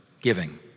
giving